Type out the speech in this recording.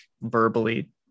verbally